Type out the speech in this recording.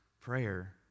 prayer